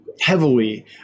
heavily